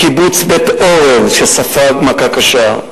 קיבוץ בית-אורן שספג מכה קשה,